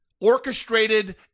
orchestrated